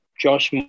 Josh